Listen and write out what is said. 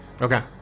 Okay